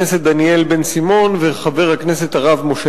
זו הצעת חוק ששותפים לי בייזומה ובקידומה חברת הכנסת רחל